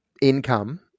income